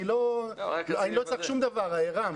אני לא צריך שום דבר רם.